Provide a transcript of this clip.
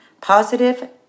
positive